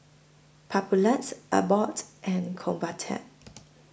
Papulex Abbott and Convatec